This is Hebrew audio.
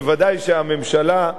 בוודאי שהממשלה,